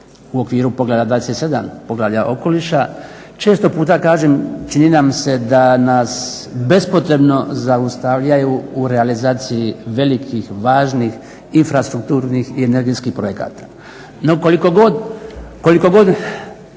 u okviru Poglavlja 27., Poglavlja okoliša, često puta kažem čini nam se da nas bespotrebno zaustavljaju u realizaciji velikih, važnih infrastrukturnih i energetskih projekata. No koliko god doista